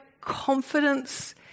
confidence